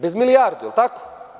Bez milijardu, je li tako?